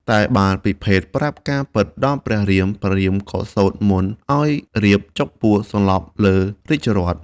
តែ បានពិភេកប្រាប់ការពិតដល់ព្រះរាមៗក៏សូត្រមន្តឱ្យរាពណ៍ចុកពោះសន្លប់លើរាជរថ។